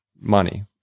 money